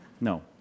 No